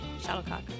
shuttlecock